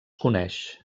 coneix